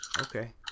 Okay